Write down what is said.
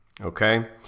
Okay